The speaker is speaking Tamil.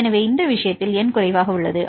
எனவே இந்த விஷயத்தில் எண் குறைவாக உள்ளது